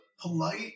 polite